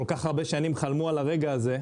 כל כך הרבה שנים חלמו על הרגע הזה,